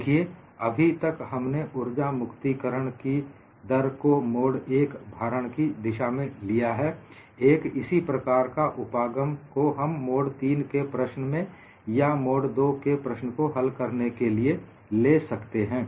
देखिए अभी तक हमने उर्जा मुक्ति करण की दर को मोड 1 भारण की दशा में लिया है एक इसी प्रकार का उपागम को हम मोड 3 के प्रश्न या मोड 2 के प्रश्न को हल करने के लिए ले सकते हैं